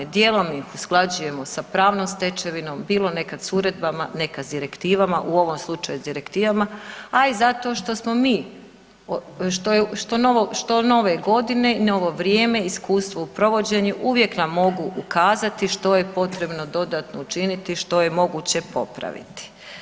Dijelom ih usklađujemo sa pravnom stečevinom, bilo nekad s uredbama, nekad s direktivama, u ovom slučaju s direktivama, a i zato što smo mi, što nove godine i novo vrijeme, iskustvo u provođenju uvijek nam mogu ukazati što je potrebno dodatno učiniti, što je moguće popraviti.